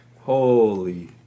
holy